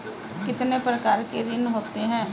कितने प्रकार के ऋण होते हैं?